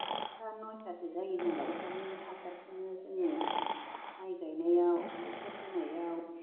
आठथा नयतासो जायो नालाय बिनि हासारखौनो जोङो माइ गायनायाव बेसर फोनायाव